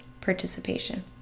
participation